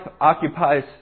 occupies